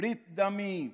"ברית דמים",